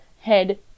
head